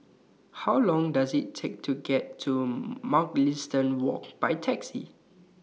How Long Does IT Take to get to Mugliston Walk By Taxi